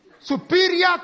superior